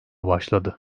başladı